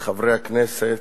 חברי הכנסת,